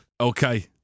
okay